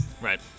Right